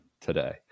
today